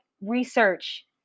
research